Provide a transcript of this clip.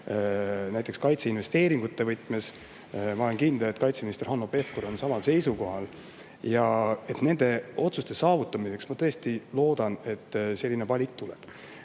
näiteks kaitseinvesteeringutena. Ma olen kindel, et kaitseminister Hanno Pevkur on samal seisukohal. Nende otsuste saavutamiseks ma tõesti loodan, et selline valik tuleb.